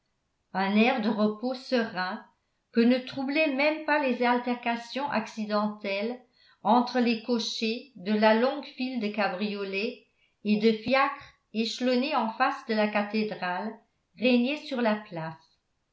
un air de repos serein que ne troublaient même pas les altercations accidentelles entre les cochers de la longue file de cabriolets et de fiacres échelonnés en face de la cathédrale régnait sur la place